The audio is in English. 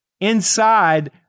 inside